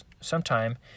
sometime